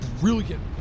brilliant